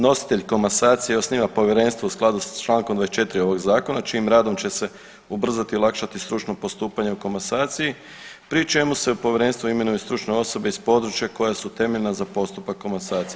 Nositelj komasacije osniva povjerenstvo u skladu s Člankom 24. ovog zakona čijim radom će se ubrzati i olakšati stručno postupanju u komasaciji pri čemu se u povjerenstvo imenuju stručne osobe iz područja koja su temeljna za postupak komasacije.